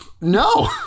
No